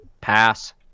pass